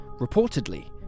Reportedly